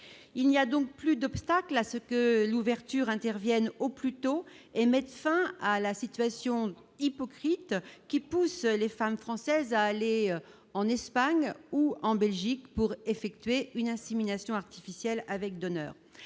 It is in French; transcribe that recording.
il n'y a donc plus d'obstacle à ce que l'ouverture intervienne au plus tôt et mettent fin à la situation hypocrite qui pousse les femmes françaises à aller en Espagne ou en Belgique pour effectuer une assimilation artificielle avec donneur,